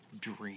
dream